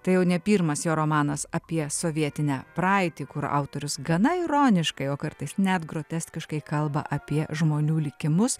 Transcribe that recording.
tai jau ne pirmas jo romanas apie sovietinę praeitį kur autorius gana ironiškai o kartais net groteskiškai kalba apie žmonių likimus